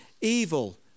evil